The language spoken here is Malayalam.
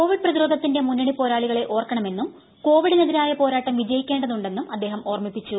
കോവിഡ് പ്രതിരോധത്തിന്റെ മുന്നണി പോരാളികളെ ഓർക്കണമെന്നും കോവിഡിനെതിരായ പോരാട്ടം വിജയിക്കേണ്ടതുണ്ടെന്നും അദ്ദേഹം ഓർമിപ്പിച്ചു